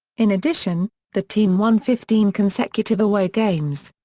in addition, the team won fifteen consecutive away games.